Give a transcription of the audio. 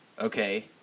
okay